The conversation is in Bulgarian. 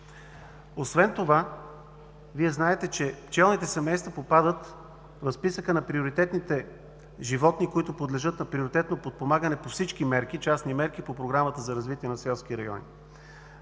Освен това Вие знаете, че пчелните семейства попадат в списъка на приоритетните животни, които подлежат на приоритетно подпомагане на всички частни мерки по Програмата за развитие на селските райони